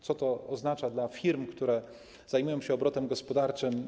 Co to oznacza dla firm, które zajmują się obrotem gospodarczym?